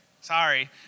sorry